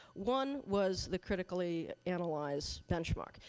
one was the critically analyze benchmark.